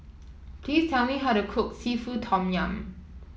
please tell me how to cook seafood Tom Yum